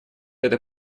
это